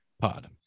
pod